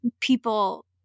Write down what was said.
people